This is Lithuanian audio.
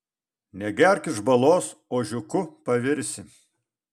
negerk iš balos ožiuku pavirsi